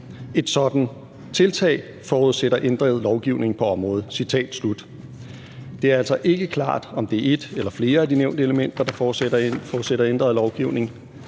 Et sådant tiltag forudsætter ændret lovgivning på området. Citat slut. Det er altså ikke klart, om det er et eller flere af de nævnte elementer, der forudsætter ændret lovgivning.